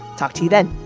talk to you then